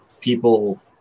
people